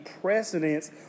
precedence